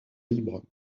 libre